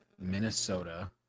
Minnesota